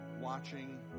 watching